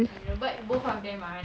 amirul